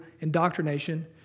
indoctrination